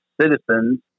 citizens